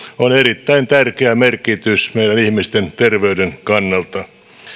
on erittäin tärkeä merkitys meidän ihmisten terveyden kannalta